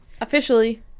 Officially